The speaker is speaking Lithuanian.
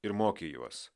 ir moki juos